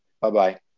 Bye-bye